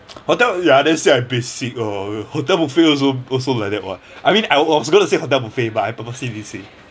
hotel ya then say I basic oh hotel buffet also also like that [one] I mean I was going to say hotel buffet but I purposely didn't say